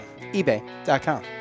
ebay.com